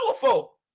powerful